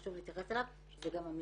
חשוב להתייחס אליו, המשטרה.